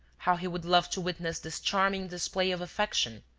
how he would love to witness this charming display of affection.